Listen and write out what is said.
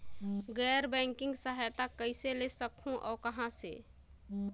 गैर बैंकिंग सहायता कइसे ले सकहुं और कहाँ से?